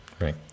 Right